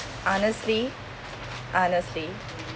honestly honestly